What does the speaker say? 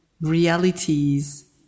realities